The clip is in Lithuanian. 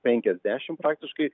penkiasdešimt praktiškai